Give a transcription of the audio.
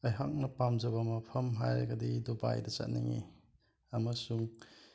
ꯑꯩꯍꯥꯛꯅ ꯄꯥꯝꯖꯕ ꯃꯐꯝ ꯍꯥꯏꯔꯒꯗꯤ ꯗꯨꯕꯥꯏꯗ ꯆꯠꯅꯤꯡꯏ ꯑꯃꯁꯨꯡ